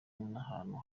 n’ahantu